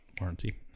warranty